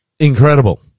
Incredible